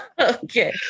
Okay